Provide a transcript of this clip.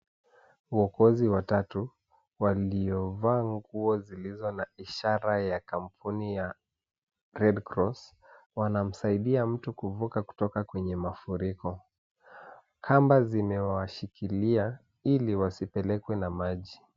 Wokozi watatu waliovaa nguo zilizo na ishara ya kampuni ya red cross wanamsaidia mtu kuvuka kutoka kwenye mafuriko. Kamba zimewashikilia ili wasipelekwe na maji.